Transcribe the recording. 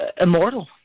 immortal